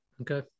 Okay